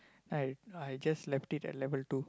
then I I just left it left it at level two